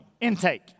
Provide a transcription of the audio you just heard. Intake